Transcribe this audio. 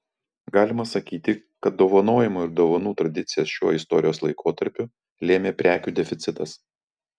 galima sakyti kad dovanojimo ir dovanų tradicijas šiuo istorijos laikotarpiu lėmė prekių deficitas